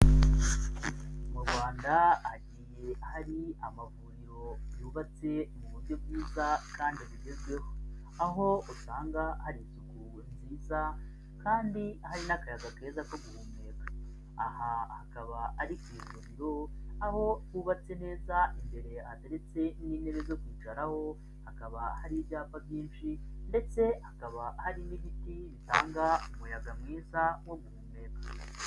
Mu Rwanda hagiye hari amavuriro yubatse mu buryo bwiza kandi bugezweho. Aho usanga hari isuku nziza kandi hari n'akayaga keza ko guhumeka. Aha hakaba ari ku ivuriro, aho hubatse neza, imbere hateretse n'intebe zo kwicaraho, hakaba hari ibyapa byinshi ndetse hakaba hari n'ibiti bitanga umuyaga mwiza wo guhumeka.